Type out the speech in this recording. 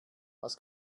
was